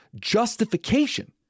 justification